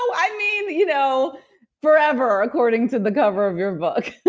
know. i mean you know forever according to the cover of your book.